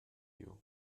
you